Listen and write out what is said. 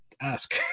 Ask